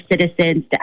citizens